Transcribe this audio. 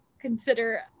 consider